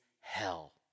hell